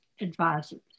advisors